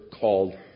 called